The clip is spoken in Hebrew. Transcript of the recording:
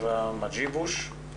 אווה מדז'יבוז'.